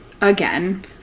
again